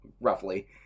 roughly